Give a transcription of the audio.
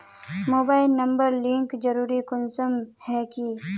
Mobile number link जरुरी कुंसम है की?